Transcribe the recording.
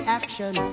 action